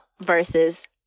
versus